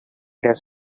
does